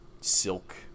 silk